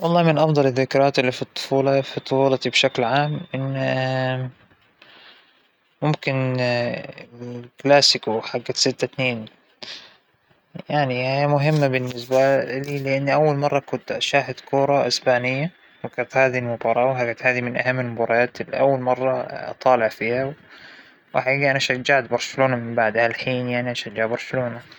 أفضل ذكرى بطفولتى، كل الذكريات اللى مريت فيها مع والدى الله يرحمه، وي- ويجعل مثواه الجنة إن شاء الله، كانت كلياتها ذكريات مرة حلوة، وو- لآزم أعتد فيها لأنه ما فى رجال إجى بها العالم مثل والدى، وبالنهاية كل فتاة بأبيها معجبة، هو جعلى مرة معجبة فيه.